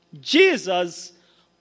Jesus